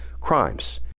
crimes